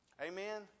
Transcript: Amen